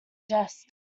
jest